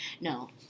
No